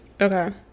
okay